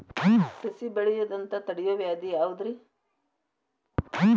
ಸಸಿ ಬೆಳೆಯದಂತ ತಡಿಯೋ ವ್ಯಾಧಿ ಯಾವುದು ರಿ?